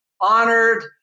honored